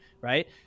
right